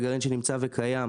או לגרעין שנמצא וקיים,